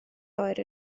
oer